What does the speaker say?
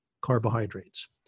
carbohydrates